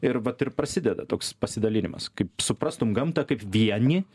ir vat ir prasideda toks pasidalinimas kaip suprastum gamtą kaip vieni